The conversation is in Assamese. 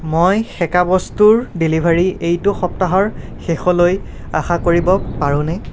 মই সেকা বস্তুৰ ডেলিভাৰী এইটো সপ্তাহৰ শেষলৈ আশা কৰিব পাৰোনে